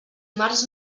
març